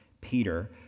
Peter